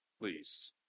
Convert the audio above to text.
please